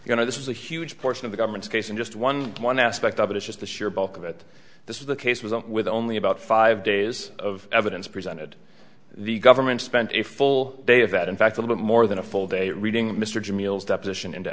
to this is a huge portion of the government's case and just one one aspect of it is just the sheer bulk of it this is the case with with only about five days of evidence presented the government spent a full day of that in fact a little more than a full day reading mr jim eales deposition into